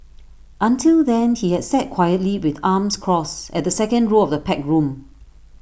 until then he had sat quietly with arms crossed at the second row of the packed room